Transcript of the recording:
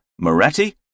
Moretti